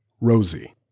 Rosie